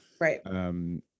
Right